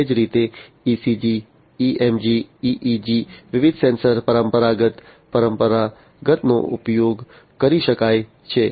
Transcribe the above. એ જ રીતે ECG EMG EEG વિવિધ સેન્સર પરંપરાગત પરંપરાગતનો ઉપયોગ કરી શકાય છે